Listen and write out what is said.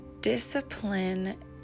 discipline